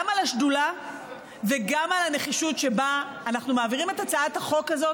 גם על השדולה וגם על הנחישות שבה אנחנו מעבירים את הצעת החוק הזאת.